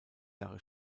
jahre